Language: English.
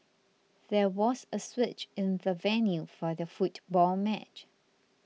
there was a switch in the venue for the football match